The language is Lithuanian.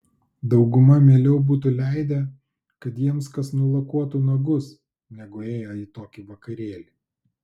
dauguma mieliau būtų leidę kad jiems kas nulakuotų nagus negu ėję į tokį vakarėlį